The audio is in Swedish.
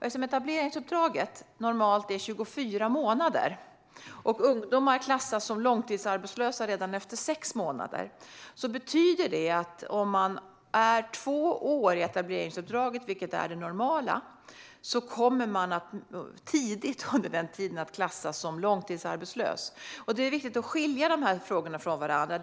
Eftersom etableringsuppdraget normalt är 24 månader och ungdomar klassas som långtidsarbetslösa redan efter 6 månader betyder det att om man är två år i etableringsuppdraget, vilket är det normala, kommer man tidigt under den tiden att klassas som långtidsarbetslös. Det är viktigt att skilja de här frågorna från varandra.